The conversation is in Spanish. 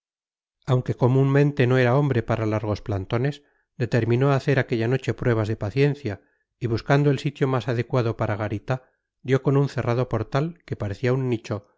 aunque comúnmente no era hombre para largos plantones determinó hacer aquella noche pruebas de paciencia y buscando el sitio más adecuado para garita dio con un cerrado portal que parecía un nicho